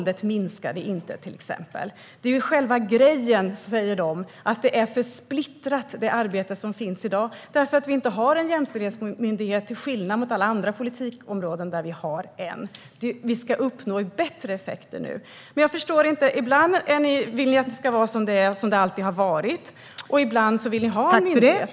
Exempelvis minskade inte våldet. Riksrevisionen säger att det arbete som finns i dag är för splittrat, eftersom vi inte har någon jämställdhetsmyndighet till skillnad från alla andra politikområden där det finns en myndighet. Vi ska uppnå bättre effekter nu. Jag förstår inte riktigt: Ibland vill ni att det ska vara som det alltid har varit, och ibland vill ni ha en myndighet.